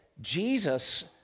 Jesus